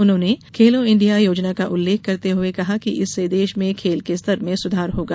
उन्होंने खेलो इण्डिया योजना का उल्लेख करते हुए कहा कि इससे देश में खेल के स्तर में सुधार होगा